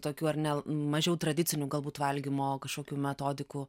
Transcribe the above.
tokių ar ne mažiau tradicinių galbūt valgymo kažkokių metodikų